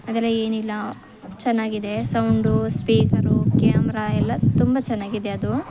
ಅದೆಲ್ಲ ಏನಿಲ್ಲ ಚನ್ನಾಗಿದೆ ಸೌಂಡು ಸ್ಪೀಕರು ಕ್ಯಾಮ್ರ ಎಲ್ಲ ತುಂಬ ಚೆನ್ನಾಗಿದೆ ಅದು